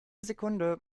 sekunde